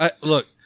look